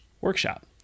workshop